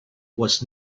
was